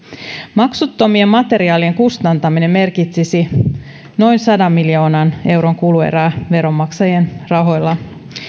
maksuttomien materiaalien kustantaminen merkitsisi noin sadan miljoonan euron kulu erää veronmaksajien rahoilla